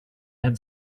had